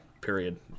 period